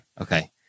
Okay